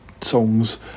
songs